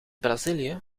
brazilië